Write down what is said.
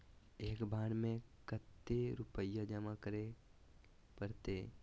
एक बार में कते रुपया जमा करे परते?